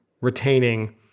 retaining